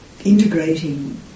integrating